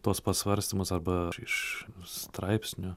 tuos pasvarstymus arba iš straipsnių